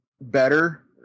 better